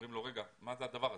אומרים לו, רגע, מה זה הדבר הזה?